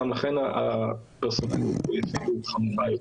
ולכן הפרסונליות כאן היא חמורה יותר.